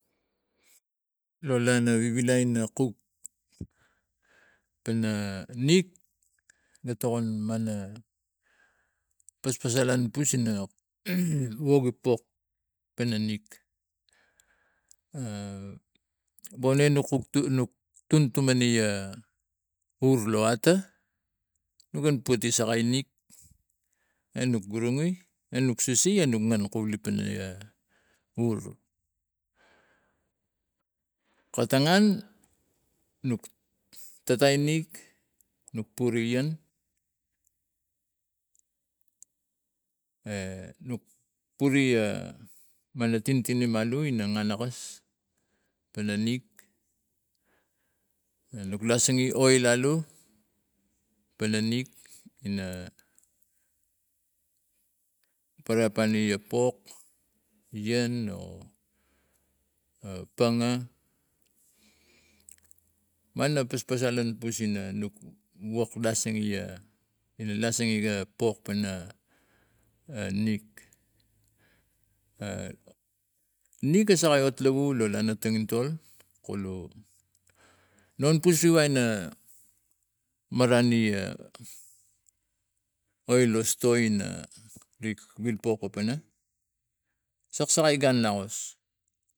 Lo lana vivilai na kuk pana nik ga tokon mana paspasalan pus ina woge pok pana nik bolem nuk tumtum mane hur lo ata na gun puti sakai nik enuk gurungoi enuk sesai enuk ngan koulek pana hur. Katangan nuk tata enik nok puraian nok pura mana tintinim alu lasenge oil lalu pana nik ina paraipan ne pok ion panga mana paspasalan pus ina nok wok lasenge pok pana nik- nik ga sakai hot lau lana tanginton kulunon pusuwai na marani oil lo stoa in saksakal gun lakos.